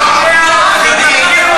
לא מתאים.